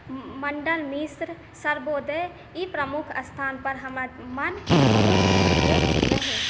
मण्डन मिश्र सर्वोदय ई प्रमुख स्थानपर हमर मन बहुत घुमयके रहै